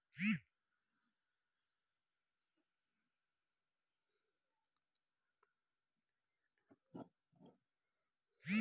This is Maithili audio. सिक्युरिटी पर बहुत तरहक उपजा होइ छै जेना डिवीडेंड उपज